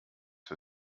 für